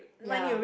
ya